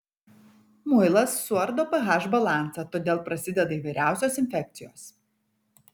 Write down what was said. muilas suardo ph balansą todėl prasideda įvairiausios infekcijos